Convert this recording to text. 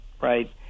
right